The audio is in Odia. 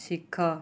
ଶିଖ